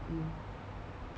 mm